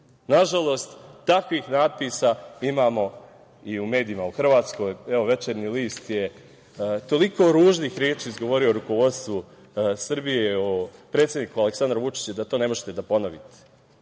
susedima. Nažalost, takvih natpisa imamo i u medijima u Hrvatskoj. Evo, „Večernji list“ je toliko ružnih reči izgovorio rukovodstvu Srbije o predsedniku Aleksandru Vučiću, da to ne možete da ponovite.